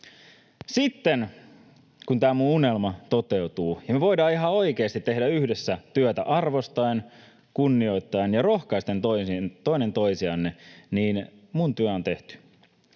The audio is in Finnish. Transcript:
Sitten kun tämä minun unelmani toteutuu ja me voidaan ihan oikeasti tehdä yhdessä työtä arvostaen, kunnioittaen ja rohkaisten toinen toisiamme, niin minun työni on tehty.